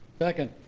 second.